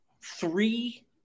three